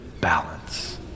balance